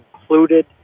included